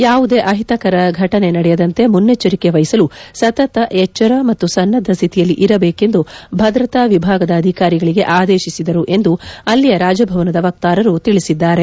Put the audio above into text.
ಯಾವುದೇ ಅಹಿತಕರ ಘಟನೆ ನಡೆಯದಂತೆ ಮುನ್ನೆಚ್ಚರಿಕೆ ವಹಿಸಲು ಸತತ ಎಚ್ಚರ ಮತ್ತು ಸನ್ನದ್ದ ಸ್ಥಿತಿಯಲ್ಲಿ ಇರಬೇಕೆಂದು ಭದ್ರತಾ ವಿಭಾಗದ ಅಧಿಕಾರಿಗಳಿಗೆ ಆದೇಶಿಸದರು ಎಂದು ಅಲ್ಲಿಯ ರಾಜಭವನದ ವಕ್ತಾರರು ತಿಳಿಸಿದ್ದಾರೆ